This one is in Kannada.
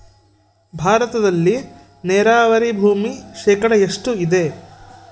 ಭಾರತದಲ್ಲಿ ನೇರಾವರಿ ಭೂಮಿ ಶೇಕಡ ಎಷ್ಟು ಇದೆ?